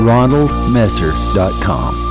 RonaldMesser.com